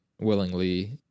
Willingly